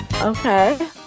Okay